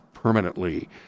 Permanently